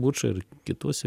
buča ir kituose